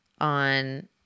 on